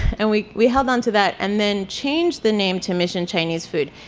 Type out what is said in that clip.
and we we held on to that and then changed the name to mission chinese food.